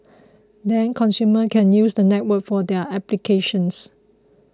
then consumers can use the network for their applications